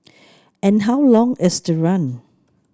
and how long is the run